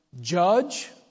judge